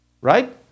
Right